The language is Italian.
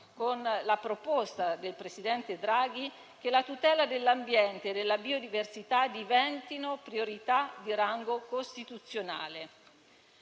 con la proposta del presidente Draghi affinché la tutela dell'ambiente e della biodiversità diventi una priorità di rango costituzionale.